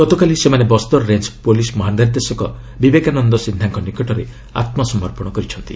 ଗତକାଲି ସେମାନେ Bastar range police ମହାନିର୍ଦ୍ଦେଶକ ବିବେକାନନ୍ଦ ସିହ୍ନାଙ୍କ ନିକଟରେ ଆତ୍କସମର୍ପଣ କରିଛନ୍ତି